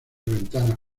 ventanas